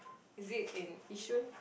is it in Yishun